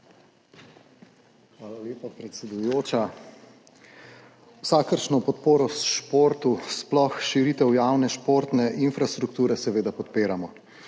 Hvala lepa, predsedujoča. Vsakršno podporo športu, sploh širitev javne športne infrastrukture, seveda podpiramo.